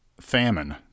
famine